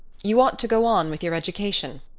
you ought to go on with your education.